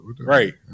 Right